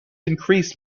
increase